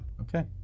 Okay